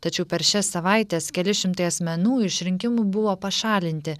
tačiau per šias savaites keli šimtai asmenų išrinkimu buvo pašalinti